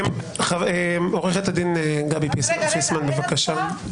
עו"ד גבי פיסמן, בבקשה.